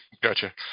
Gotcha